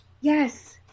yes